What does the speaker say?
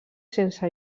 sense